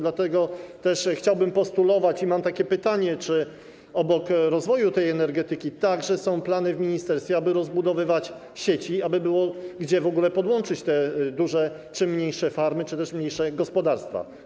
Dlatego też chciałbym o to postulować i mam takie pytanie: Czy obok rozwoju tej energetyki są także plany w ministerstwie, aby rozbudowywać sieci, aby było gdzie podłączyć te duże czy mniejsze farmy czy też mniejsze gospodarstwa?